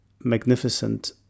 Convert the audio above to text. magnificent